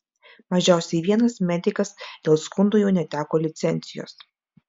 mažiausiai vienas medikas dėl skundų jau neteko licencijos